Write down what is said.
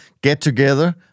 get-together